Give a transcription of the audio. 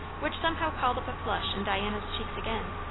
which somehow called up a flush in diana's cheeks again,